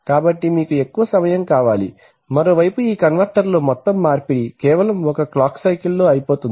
కాబట్టి మీకు ఎక్కువ సమయం కావాలి మరోవైపు ఈ కన్వర్టర్లో మొత్తం మార్పిడి కేవలం ఒక క్లాక్ సైకల్ లోఅయిపోతుంది